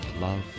love